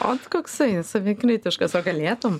ot koksai savikritiškas o galėtum